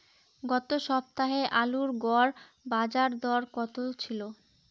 গত সপ্তাহে আলুর গড় বাজারদর কত ছিল?